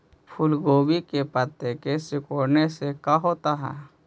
फूल गोभी के पत्ते के सिकुड़ने से का होता है?